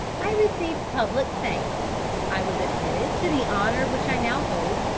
i received public thanks i was admitted to the honour which i now hold,